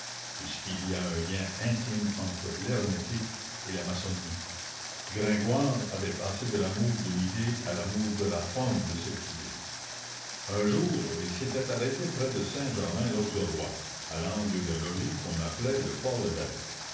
puisqu'il y a un lien intime entre l'hermétique et la maçonnerie gringoire avait passé de l'amour d'une idée à l'amour de la forme de cette idée un jour il s'était arrêté près de saint germain lauxerrois à l'angle d'un logis qu'on appelait le